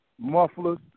mufflers